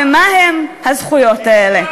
ומה הן הזכויות האלה?